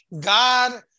God